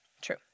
True